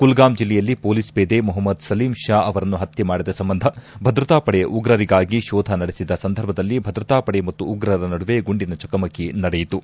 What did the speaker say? ಕುಲ್ಗಾಮ್ ಜಿಲ್ಲೆಯಲ್ಲಿ ಪೊಲೀಸ್ ಪೇದೆ ಮೊಹಮ್ನದ್ ಸಲೀಂ ಷಾ ಅವರನ್ನು ಹತ್ತೆ ಮಾಡಿದ ಸಂಬಂಧ ಭದ್ರತಾ ಪಡೆ ಉಗ್ರರಿಗಾಗಿ ಶೋಧ ನಡೆಸಿದ ಸಂದರ್ಭದಲ್ಲಿ ಭದ್ರತಾ ಪಡೆ ಮತ್ತು ಉಗ್ರರ ನಡುವೆ ಗುಂಡಿನ ಚಕಮಕಿ ನಡೆಯಿತು